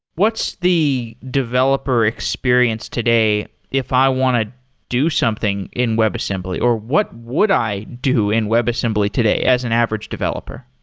what's the developer experience today if i want to do something in webassembly, or what would i do in webassembly today as an average developer?